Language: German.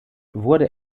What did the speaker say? wurde